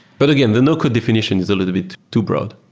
but again, the no code definition is a little bit too broad.